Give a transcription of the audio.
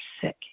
sick